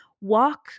walk